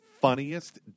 funniest